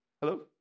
Hello